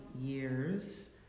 years